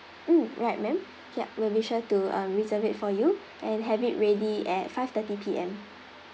mm right ma'am yup we'll be sure to um reserve it for you and have it ready at five thirty P_M